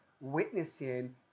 witnessing